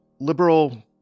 liberal